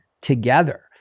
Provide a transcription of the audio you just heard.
together